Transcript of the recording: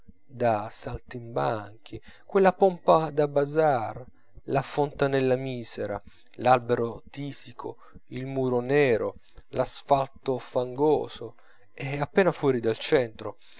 da saltimbanchi quella pompa da bazar la fontanella misera l'albero tisico il muro nero l'asfalto fangoso e appena fuori del centro